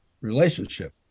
relationship